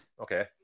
Okay